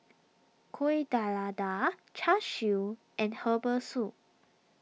Kuih Char Siu and Herbal Soup